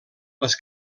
les